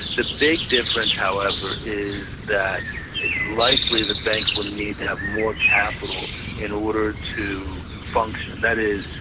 the big difference, however, is that it's likely the banks will need to have more capital in order to function that is,